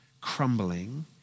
crumbling